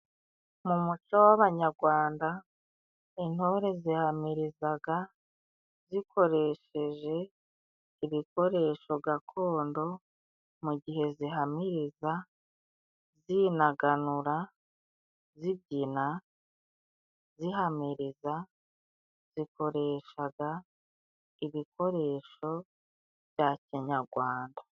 Mu muco w'abanyagwanda, intore zihamirizaga zikoresheje ibikoresho gakondo. Mu gihe zihamiriza zinaganura, zibyina, zihamiriza, zikoreshaga ibikoresho bya kinyagwanda.